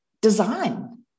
design